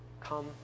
Come